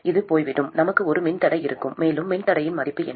இது போய்விடும் நமக்கு ஒரு மின்தடை இருக்கும் மேலும் மின்தடையத்தின் மதிப்பு என்ன